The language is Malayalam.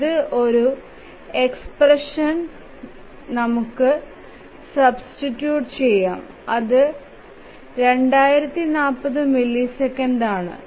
ഇത് ഒരു എക്സ്പ്രഷൻ ഇൽ നമുക്ക് സബ്സ്റ്റിറ്റ്യൂട്ട് ചെയ്യാം അത് 2040 മില്ലി സെക്കൻഡ് ആണ്